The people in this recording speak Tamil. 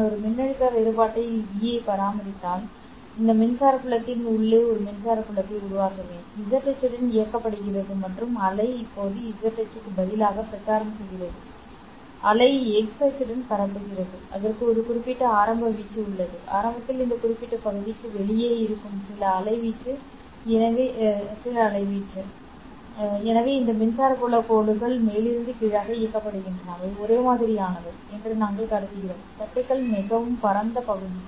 நான் ஒரு மின்னழுத்த வேறுபாட்டை V ஐ பராமரித்தால் இந்த மின்சார புலத்தின் உள்ளே ஒரு மின்சார புலத்தை உருவாக்குவேன் z அச்சுடன் இயக்கப்படுகிறது மற்றும் அலை இப்போது z அச்சுக்கு பதிலாக பிரச்சாரம் செய்கிறது அலை x அச்சுடன் பரப்புகிறது அதற்கு ஒரு குறிப்பிட்ட ஆரம்ப வீச்சு உள்ளது ஆரம்பத்தில் இந்த குறிப்பிட்ட பகுதிக்கு வெளியே இருக்கும் சில அலைவீச்சு எனவே இந்த மின்சார புலம் கோடுகள் மேலிருந்து கீழாக இயக்கப்படுகின்றன அவை ஒரே மாதிரியானவை என்று நாங்கள் கருதுகிறோம் தட்டுகள் மிகவும் பரந்த பகுதி